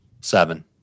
Seven